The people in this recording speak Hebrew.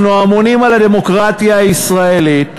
אנחנו אמונים על הדמוקרטיה הישראלית,